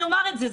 אני אומר את זה,